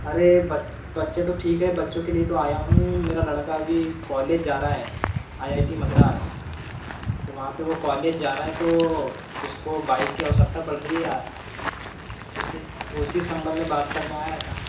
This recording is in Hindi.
अरे बच्चे तो ठीक है बच्चों के लिए ही तो आया हूँ मेरा लड़का अभी कॉलेज जा रहा है आई आई टी मद्रास तो वहाँ पे वो कॉलेज जा रहा है तो उसको बाइक की आवश्यकता पड़ रही है यार उसी उसी संबंध में बात करने आया था